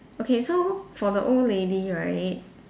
okay so for the old lady right